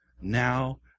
Now